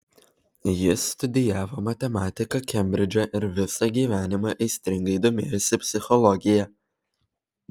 jis studijavo matematiką kembridže ir visą gyvenimą aistringai domėjosi psichologija